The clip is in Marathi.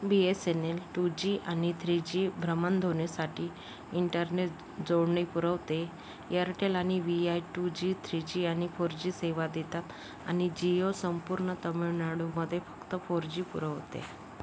बी एस एन एल टूजी आणि थ्रीजी भ्रमणध्वनीसाठी इंटरनेट जोडणी पुरवते यॅरटॅल आणि व्ही आय टूजी थ्रीजी आणि फोरजी सेवा देतात आणि जियो संपूर्ण तामीळनाडूमध्ये फक्त फोरजी पुरवते